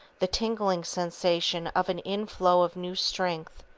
the tingling sensation of an inflow of new strength,